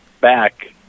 back